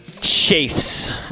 Chiefs